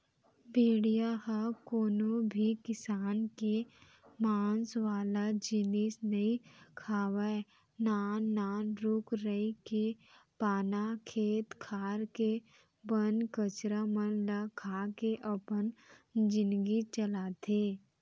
भेड़िया ह कोनो भी किसम के मांस वाला जिनिस नइ खावय नान नान रूख राई के पाना, खेत खार के बन कचरा मन ल खा के अपन जिनगी चलाथे